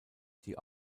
die